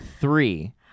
three